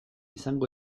izango